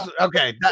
Okay